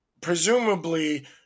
presumably